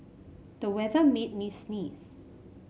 the weather made me sneeze